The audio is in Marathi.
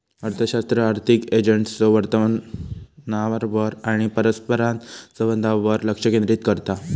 अर्थशास्त्र आर्थिक एजंट्सच्यो वर्तनावर आणि परस्परसंवादावर लक्ष केंद्रित करता